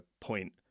point